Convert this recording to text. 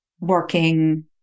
working